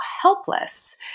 helpless